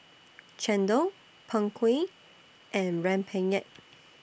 Chendol Png Kueh and Rempeyek